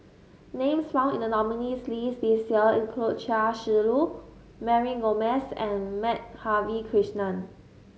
names found in the nominees' list this year include Chia Shi Lu Mary Gomes and Madhavi Krishnan